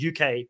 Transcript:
uk